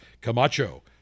Camacho